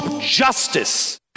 justice